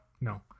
no